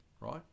right